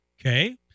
okay